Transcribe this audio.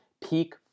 peak